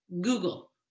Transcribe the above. Google